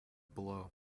below